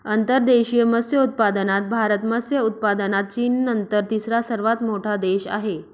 अंतर्देशीय मत्स्योत्पादनात भारत मत्स्य उत्पादनात चीननंतर तिसरा सर्वात मोठा देश आहे